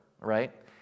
right